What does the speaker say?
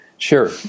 Sure